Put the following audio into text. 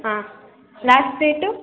ಹಾಂ last date